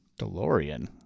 DeLorean